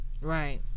right